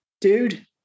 dude